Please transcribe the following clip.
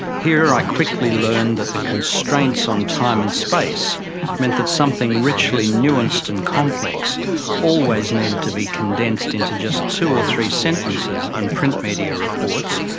here, i quickly learned that the constraints on time and space meant that something richly nuanced and complex always needed to be condensed into just two or three sentences in print media reports,